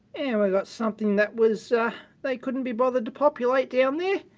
and we've got something that was they couldn't be bothered to populate down there.